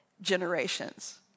generations